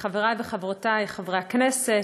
חברי וחברותי חברי הכנסת,